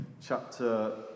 chapter